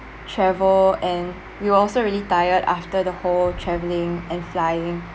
travel and we were also really tired after the whole traveling and flying